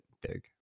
big